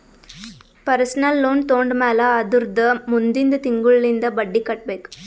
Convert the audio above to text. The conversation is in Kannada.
ಪರ್ಸನಲ್ ಲೋನ್ ತೊಂಡಮ್ಯಾಲ್ ಅದುರ್ದ ಮುಂದಿಂದ್ ತಿಂಗುಳ್ಲಿಂದ್ ಬಡ್ಡಿ ಕಟ್ಬೇಕ್